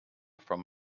from